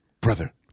brother